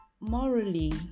Morally